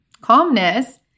calmness